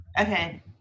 okay